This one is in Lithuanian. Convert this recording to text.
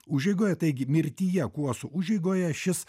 užeigoje taigi mirtyje kuosų užeigoje šis